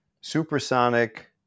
supersonic